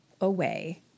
away